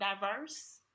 diverse